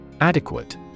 Adequate